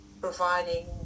providing